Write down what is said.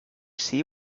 see